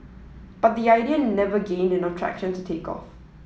but the idea never gained enough traction to take off